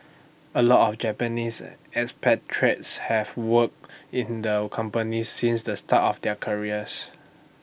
A lot of Japanese expatriates have worked in the company since the start of their careers